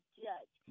judge